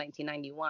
1991